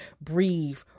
breathe